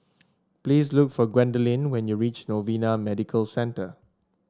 please look for Gwendolyn when you reach Novena Medical Centre